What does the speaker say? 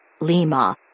Lima